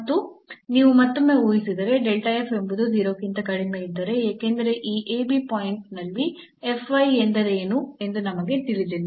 ಮತ್ತು ನೀವು ಮತ್ತೊಮ್ಮೆ ಊಹಿಸಿದರೆ ಎಂಬುದು 0 ಗಿಂತ ಕಡಿಮೆಯಿದ್ದರೆ ಏಕೆಂದರೆ ಈ ಪಾಯಿಂಟ್ ನಲ್ಲಿ ಎಂದರೇನು ಎಂದು ನಮಗೆ ತಿಳಿದಿಲ್ಲ